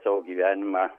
savo gyvenimą